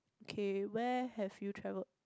okay where have you travelled